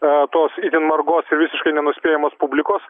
tos itin margos ir visiškai nenuspėjamos publikos